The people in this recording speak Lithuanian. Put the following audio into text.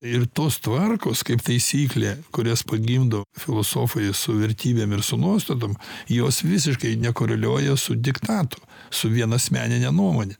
ir tos tvarkos kaip taisyklė kurias pagimdo filosofai su vertybėm ir su nuostatom jos visiškai nekoreliuoja su diktatu su vien asmenine nuomone